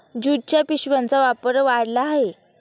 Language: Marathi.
ज्यूटच्या पिशव्यांचा वापर वाढला आहे